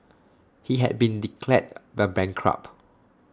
he had been declared the bankrupt